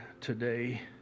today